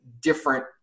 different